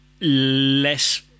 less